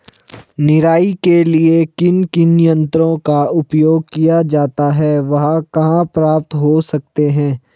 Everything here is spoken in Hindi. निराई के लिए किन किन यंत्रों का उपयोग किया जाता है वह कहाँ प्राप्त हो सकते हैं?